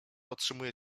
otrzymuje